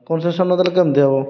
compensation ନ ଦେଲେ କେମିତି ହେବ